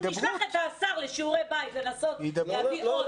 נשלח את השר לשיעורי בית לנסות להביא עוד.